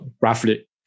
roughly